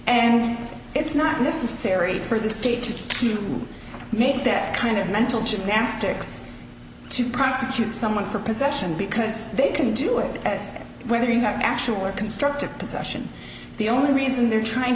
and it's not necessary for the state to make that kind of mental gymnastics to prosecute someone for possession because they can do it as whether you have actual or constructive possession the only reason they're trying